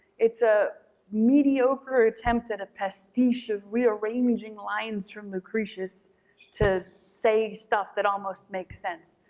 it's a mediocre attempt at a pastiche of rearranging lines from lucretius to say stuff that almost makes sense.